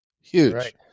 huge